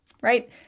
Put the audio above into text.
right